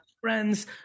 friends